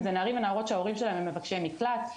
אלה נערים ונערות שההורים שלהם הם מבקשי מקלט,